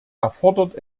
erfordert